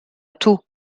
tout